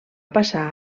passar